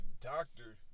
doctor